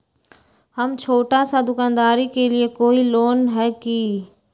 हम छोटा सा दुकानदारी के लिए कोई लोन है कि?